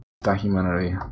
Documentary